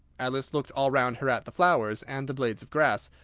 alice looked all round her at the flowers and the blades of grass,